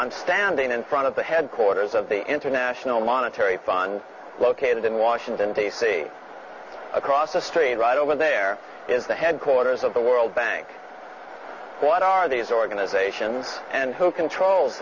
i'm standing in front of the headquarters of the international monetary fund located in washington d c across the street right over there is the headquarters of the world bank what are these organizations and who controls